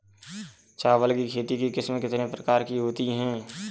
चावल की खेती की किस्में कितने प्रकार की होती हैं?